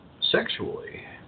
sexually